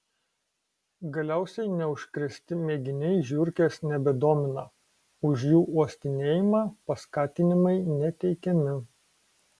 galiausiai neužkrėsti mėginiai žiurkės nebedomina už jų uostinėjimą paskatinimai neteikiami